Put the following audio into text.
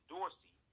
Dorsey